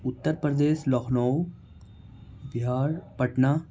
Uttar Pradesh Lucknow Bihar Patna